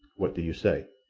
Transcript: what do you say?